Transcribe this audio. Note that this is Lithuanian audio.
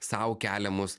sau keliamus